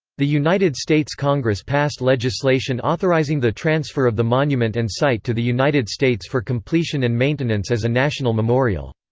the united states congress passed legislation authorizing the transfer of the monument and site to the united states for completion and maintenance as a national memorial.